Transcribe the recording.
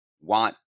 want